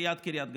ליד קריית גת,